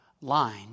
line